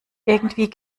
irgendwie